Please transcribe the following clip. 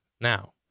Now